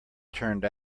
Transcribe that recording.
turned